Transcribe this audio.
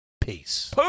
Peace